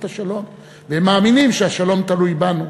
השלום והם מאמינים שהשלום תלוי בנו.